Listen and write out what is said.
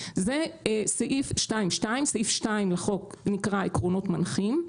זה סעיף 2(2). סעיף 2 לחוק נקרא "עקרונות מנחים".